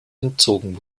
entzogen